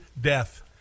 death